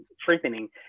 strengthening